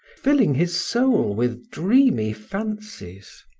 filling his soul with dreamy fancies.